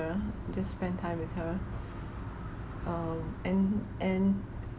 just spend time with her um and and